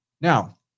Now